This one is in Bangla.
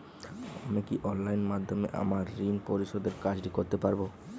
আমি কি অনলাইন মাধ্যমে আমার ঋণ পরিশোধের কাজটি করতে পারব?